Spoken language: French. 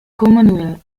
commonwealth